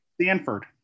Stanford